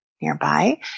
nearby